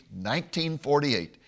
1948